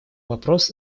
вопрос